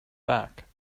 back